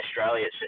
Australia